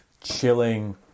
chilling